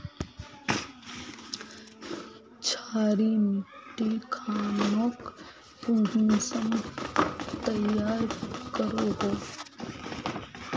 क्षारी मिट्टी खानोक कुंसम तैयार करोहो?